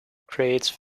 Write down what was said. creates